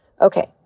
Okay